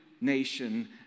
nation